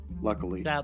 luckily